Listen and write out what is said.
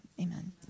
amen